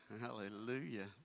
Hallelujah